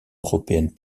européennes